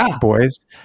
boys